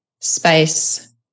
space